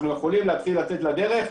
אנחנו יכולים להתחיל לצאת לדרך.